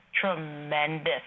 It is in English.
tremendous